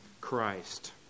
Christ